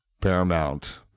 Paramount